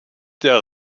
der